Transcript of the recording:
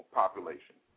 population